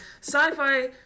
sci-fi